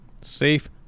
safe